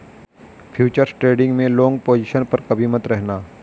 futures trading में long position पर कभी मत रहना